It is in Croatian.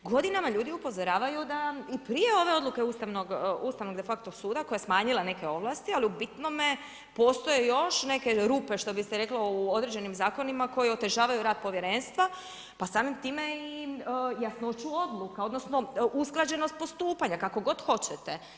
Godinama ljudi upozoravaju da i prije ove odluke Ustavnog de facto suda koja je smanjila neke ovlasti, ali u bitnome postoje još neke rupe što bi se reklo u određenim zakonima koji otežavaju rad povjerenstva, pa samim time i jasnoću odluka, odnosno usklađenost postupanja kako god hoćete.